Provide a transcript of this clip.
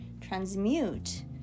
transmute